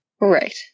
Right